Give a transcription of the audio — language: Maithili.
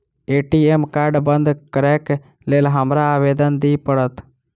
ए.टी.एम कार्ड बंद करैक लेल हमरा आवेदन दिय पड़त?